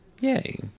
Yay